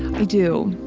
i do.